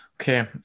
okay